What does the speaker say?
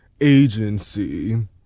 agency